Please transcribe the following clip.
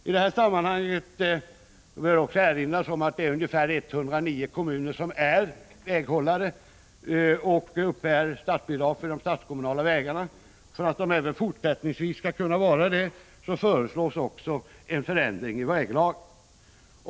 I detta sammanhang bör erinras om att 109 kommuner är väghållare och uppbär statsbidrag för de statskommunala vägarna. För att de även fortsättningsvis skall kunna vara väghållare föreslås också en förändring i väglagen.